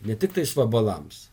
ne tiktais vabalams